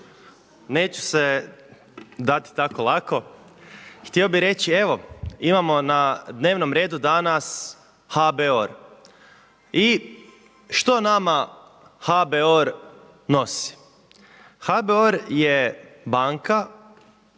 neću se dati tako lako. Htio bih reći, evo, imamo na dnevnom redu danas HBOR. I što nama HBOR nosi? HBOR je banka